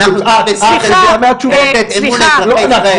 את רגועה מהתשובות אל מול אזרחי ישראל,